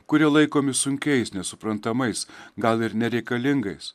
kurie laikomi sunkiais nesuprantamais gal ir nereikalingais